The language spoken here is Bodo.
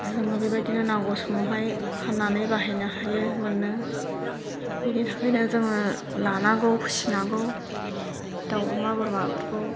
जोङो बेबायदिनो नांगौ समावहाय फाननानै बाहायनो हायो मोनो बिनि थाखायनो जोङो लानांगौ फिसिनांगौ दाउ अमा बोरमाफोरखौ